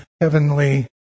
heavenly